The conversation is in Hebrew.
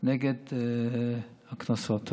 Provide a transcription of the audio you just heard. נגד הקנסות.